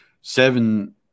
seven